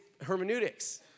hermeneutics